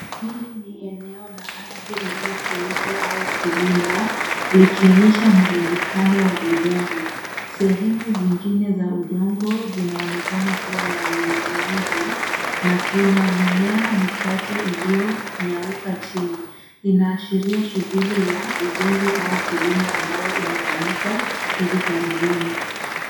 Hili ni eneo la ardhi lililofunikwa au kulimwa likionyesha mrundikano wa udongo. Sehemu zingine za udongo zinaonekana kuwa na unyevu nyevu na kuna mimea michache iliyonyauka chini. Inaashiria shughuli ya ujenzi au kilimo ambayo imefanyika hivi karibuni.